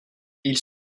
ils